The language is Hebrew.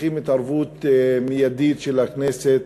צריכה להיות התערבות מיידית של הכנסת,